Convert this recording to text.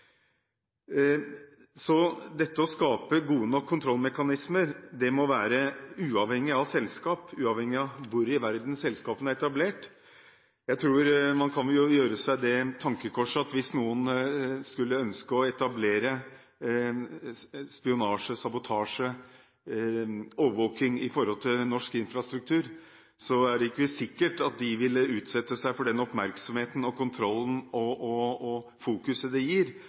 selskap og hvor i verden selskapene er etablert. Jeg tror det er et tankekors at hvis noen skulle ønske å etablere spionasje, sabotasje eller overvåking når det gjelder norsk infrastruktur, er det ikke sikkert at de ville utsette seg for den oppmerksomheten, kontrollen og fokuset det medfører å bruke f.eks. kinesisk teknologi og kinesiske selskaper. Det